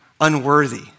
unworthy